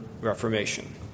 reformation